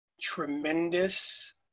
tremendous